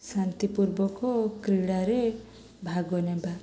ଶାନ୍ତିପୂର୍ବକ କ୍ରୀଡ଼ାରେ ଭାଗ ନେବା